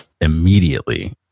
immediately